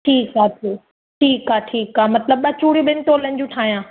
ठीकु आहे ठीकु आहे ठीकु आहे मतलबु ॿ चूड़ियूं ॿिनि तोलनि जूं ठाहियां